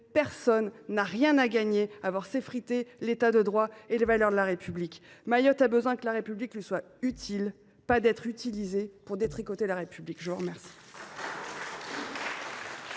personne n’a rien à gagner à voir s’effriter l’État de droit et les valeurs de la République. Mayotte a besoin que la République lui soit utile, et non d’être utilisée pour détricoter la République ! La parole